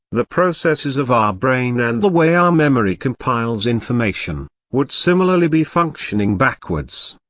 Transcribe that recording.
the processes of our brain and the way our memory compiles information, would similarly be functioning backwards.